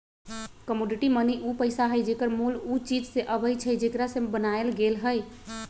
commodity money उ पइसा हइ जेकर मोल उ चीज से अबइ छइ जेकरा से बनायल गेल हइ